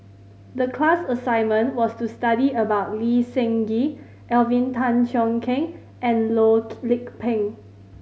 the class assignment was to study about Lee Seng Gee Alvin Tan Cheong Kheng and Loh Lik Peng